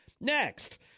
next